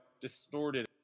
distorted